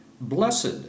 Blessed